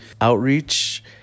Outreach